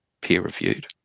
peer-reviewed